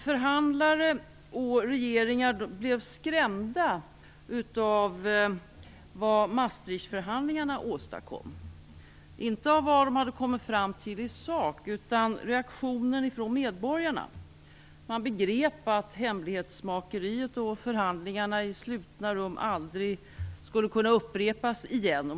Förhandlare och regeringar blev skrämda av vad Maastrichtförhandlingarna åstadkom, inte av vad de hade kommit fram till i sak utan av reaktionen från medborgarna. Man begrep att hemlighetsmakeriet och förhandlingarna i slutna rum aldrig skulle kunna upprepas igen.